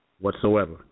whatsoever